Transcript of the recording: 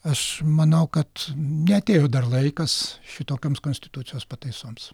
aš manau kad neatėjo dar laikas šitokioms konstitucijos pataisoms